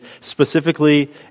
specifically